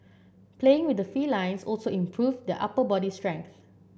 playing with the felines also improve the upper body strength